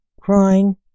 crying